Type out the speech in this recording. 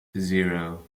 zero